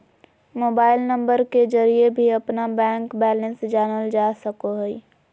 mobile number के जरिए भी अपना बैंक बैलेंस जानल जा सको हइ